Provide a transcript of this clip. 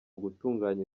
gutunganya